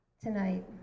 tonight